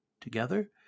Together